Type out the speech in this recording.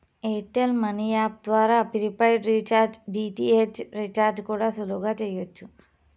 air tell money app ద్వారా prepaid recharge, DTH recharge కూడా సులువుగా చెయ్యచ్చు